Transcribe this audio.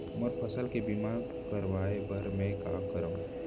मोर फसल के बीमा करवाये बर में का करंव?